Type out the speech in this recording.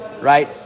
Right